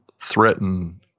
threaten